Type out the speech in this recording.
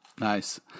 Nice